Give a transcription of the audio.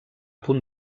punt